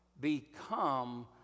become